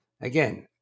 Again